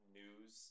news